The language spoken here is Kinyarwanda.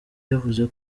yavuze